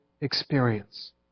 experience